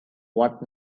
what